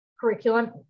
curriculum